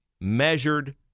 measured